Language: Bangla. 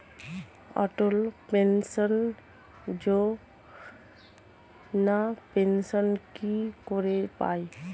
অটল পেনশন যোজনা পেনশন কি করে পায়?